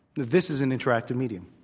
this is an interactive medium.